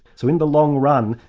so in the long run,